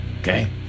okay